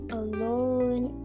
alone